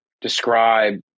describe